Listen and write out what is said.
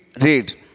read